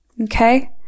Okay